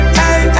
hey